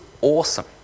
awesome